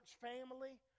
family